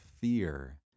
fear